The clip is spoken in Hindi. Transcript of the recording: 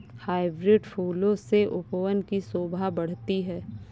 हाइब्रिड फूलों से उपवन की शोभा बढ़ती है